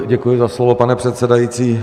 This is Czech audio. Děkuji za slovo, pane předsedající.